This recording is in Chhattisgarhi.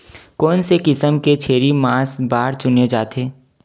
कोन से किसम के छेरी मांस बार चुने जाथे?